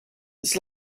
this